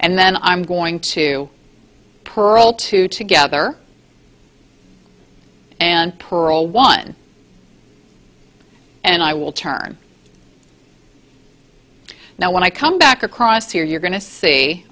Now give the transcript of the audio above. and then i'm going to pearl two together and pearl one and i will turn now when i come back across here you're go